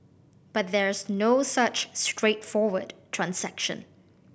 but there's no such straightforward transaction